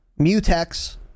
Mutex